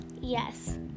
yes